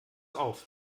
auf